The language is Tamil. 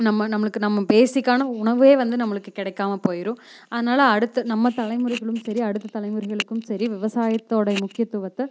நம்ம நம்மளுக்கு நம்ம பேஸிக்கான உணவு வந்து நம்மளுக்கு கிடைக்காம போயிடும் அதனால் அடுத்த நம்ம தலைமுறைகளும் சரி அடுத்த தலைமுறைகளுக்கும் சரி விவசாயத்தோட முக்கியத்துவத்தை